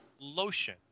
Lotion